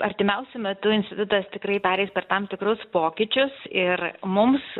artimiausiu metu institutas tikrai pereis per tam tikrus pokyčius ir mums